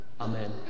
Amen